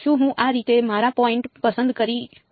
શું હું આ રીતે મારા પોઈન્ટ પસંદ કરી શકું